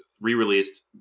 re-released